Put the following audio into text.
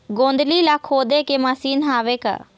गोंदली ला खोदे के मशीन हावे का?